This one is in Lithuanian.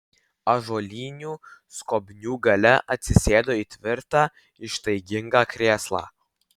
ąžuolinių skobnių gale atsisėdo į tvirtą ištaigingą krėslą